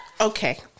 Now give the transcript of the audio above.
okay